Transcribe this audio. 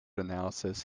analysis